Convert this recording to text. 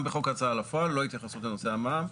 גם בחוק ההוצאה לפועל לא התייחסו לנושא המע"מ.